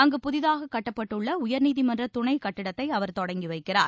அங்கு புதிதாக கட்டப்பட்டுள்ள உயர்நீதிமன்ற துணை கட்டிடத்தை அவர் தொடங்கி வைக்கிறார்